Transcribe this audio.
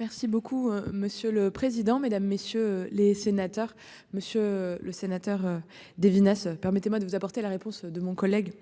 Merci beaucoup monsieur le président, Mesdames, messieurs les sénateurs, Monsieur le Sénateur devinettes, permettez-moi de vous apporter la réponse de mon collègue.